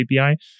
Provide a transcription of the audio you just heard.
API